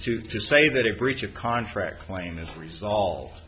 to say that a breach of contract claim is resolved